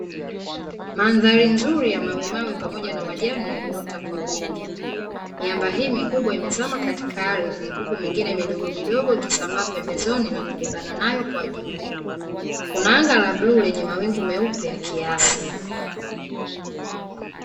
Mandhari nzuri ya mawemawe pamoja na majani yaliyoota kwa wingi. Miamba hii mikubwa imezama katika ardhi huku mingine midogomidogo ikisambaa pembezoni na kubebana nayo kwa juu. Kuna anga la bluu lenye mawingu mengine meupe ya kiasi.